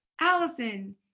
allison